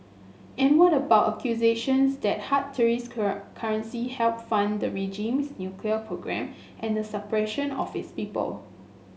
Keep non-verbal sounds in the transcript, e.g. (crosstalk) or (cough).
and what about accusations that hard tourist (unintelligible) currency help fund the regime's nuclear program and the suppression of its people